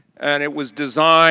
and it was designed